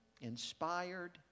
inspired